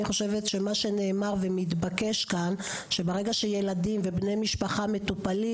חושבת שמה שנאמר ומתבקש כאן שברגע שילדים ובני משפחה מטופלים